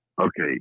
Okay